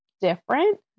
different